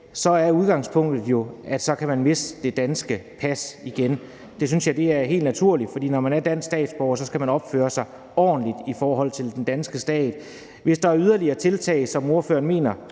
er udgangspunktet jo, at så kan man miste det danske pas igen. Det synes jeg er helt naturligt, for når man er dansk statsborger, skal man opføre sig ordentligt i forhold til den danske stat. Hvis der er yderligere tiltag, som ordføreren mener